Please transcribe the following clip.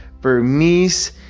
Burmese